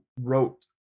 wrote